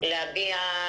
להביע